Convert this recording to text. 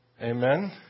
Amen